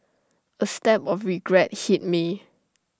A stab of regret hit me